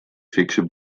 fikse